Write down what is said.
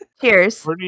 Cheers